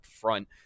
front